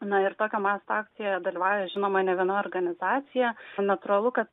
na ir tokio masto akcijoje dalyvauja žinoma ne viena organizacija natūralu kad